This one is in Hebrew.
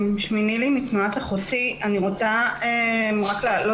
אני מתנועת אחותי ואני רוצה לדבר